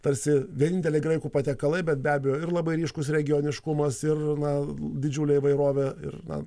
tarsi vieninteliai graikų patiekalai bet be abejo ir labai ryškus regioniškumas ir na didžiulė įvairovė ir na